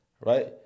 Right